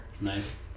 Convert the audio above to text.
Nice